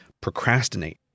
procrastinate